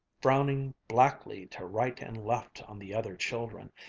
frowning blackly to right and left on the other children,